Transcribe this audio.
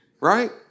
Right